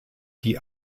die